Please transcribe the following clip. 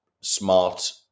smart